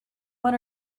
one